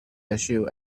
issue